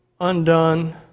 undone